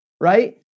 right